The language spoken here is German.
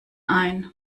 ein